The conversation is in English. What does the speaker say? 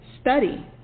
study